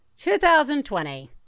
2020